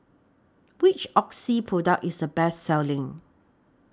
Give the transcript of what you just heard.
Which Oxy Product IS The Best Selling